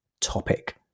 topic